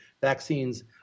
vaccines